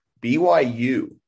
byu